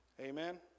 Amen